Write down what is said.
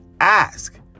ask